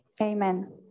Amen